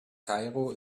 kairo